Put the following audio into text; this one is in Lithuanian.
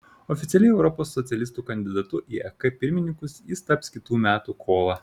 oficialiai europos socialistų kandidatu į ek pirmininkus jis taps kitų metų kovą